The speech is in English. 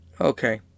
Okay